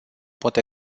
pot